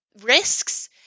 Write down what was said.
risks